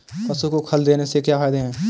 पशु को खल देने से क्या फायदे हैं?